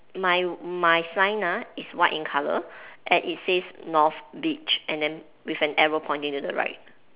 my my sign ah is white in colour and it says north beach and then with an arrow pointing to the right